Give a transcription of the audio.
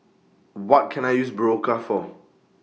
What Can I use Berocca For